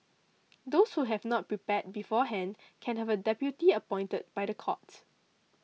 those who have not prepared beforehand can have a deputy appointed by the court